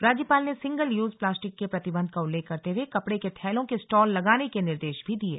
राज्यपाल ने single use plastic के प्रतिबंध का उल्लेख करते हुए कपड़े के थैलों के स्टॉल लगाने के निर्देश भी दिये